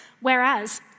whereas